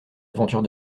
aventure